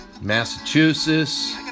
massachusetts